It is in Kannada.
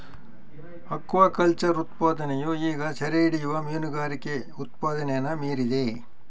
ಅಕ್ವಾಕಲ್ಚರ್ ಉತ್ಪಾದನೆಯು ಈಗ ಸೆರೆಹಿಡಿಯುವ ಮೀನುಗಾರಿಕೆ ಉತ್ಪಾದನೆನ ಮೀರಿದೆ